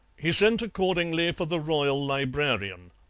he sent accordingly for the royal librarian.